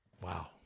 Wow